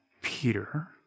Peter